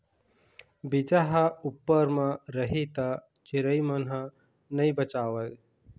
बीजा ह उप्पर म रही त चिरई मन ह नइ बचावय